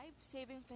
saving